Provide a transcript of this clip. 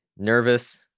nervous